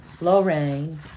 Lorraine